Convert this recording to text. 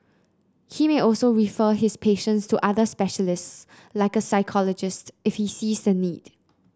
he may also refer his patients to other specialists like a psychologist if he sees the need